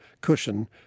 cushion